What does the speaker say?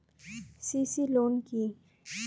CC loan কি?